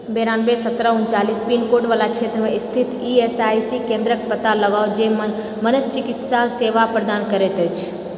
बेरानबे सत्रह ऊँचालीस पिन कोड वला क्षेत्रमे स्थित ई एस आई सी केंद्रक पता लगाउ जे मनश्चिकित्सा सेवा प्रदान करैत अछि